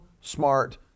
smart